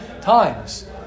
times